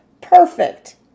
Perfect